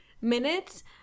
minutes